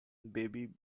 baby